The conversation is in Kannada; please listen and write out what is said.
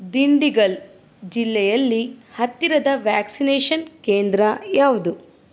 ದಿಂಡಿಗಲ್ ಜಿಲ್ಲೆಯಲ್ಲಿ ಹತ್ತಿರದ ವ್ಯಾಕ್ಸಿನೇಷನ್ ಕೇಂದ್ರ ಯಾವುದು